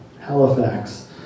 Halifax